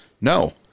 No